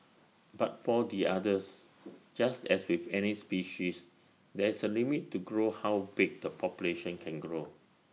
but for the otters just as with any species there is A limit to grow how big the population can grow